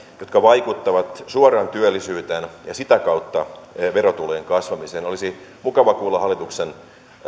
jotka vaikuttavat suoraan työllisyyteen ja sitä kautta verotulojen kasvamiseen olisi mukava kuulla hallituksen